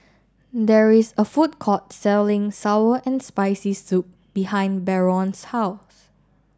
there is a food court selling Sour and Spicy Soup behind Barron's House